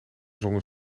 zongen